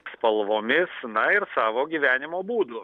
spalvomis na ir savo gyvenimo būdu